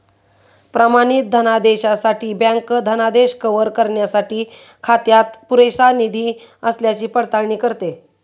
प्रमाणित धनादेशासाठी बँक धनादेश कव्हर करण्यासाठी खात्यात पुरेसा निधी असल्याची पडताळणी करते